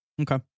Okay